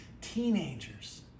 teenagers